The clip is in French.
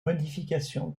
modification